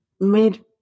made